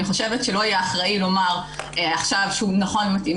אני חושבת שלא יהיה אחראי לומר עכשיו שהוא נכון ומתאים,